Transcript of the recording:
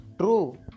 True